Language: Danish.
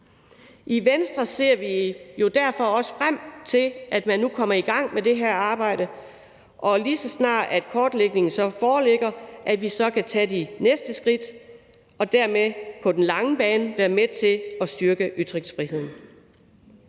I Venstre ser vi derfor også frem til, at man nu kommer i gang med det her arbejde, og lige så snart kortlægningen foreligger, kan vi tage de næste skridt og dermed på den lange bane være med til at styrke ytringsfriheden.